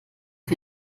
für